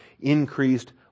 increased